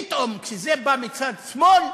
פתאום, כשזה בא מצד שמאל,